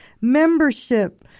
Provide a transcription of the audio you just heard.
membership